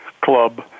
Club